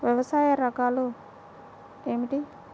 వ్యవసాయ రకాలు ఏమిటి?